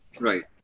Right